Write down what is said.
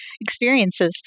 experiences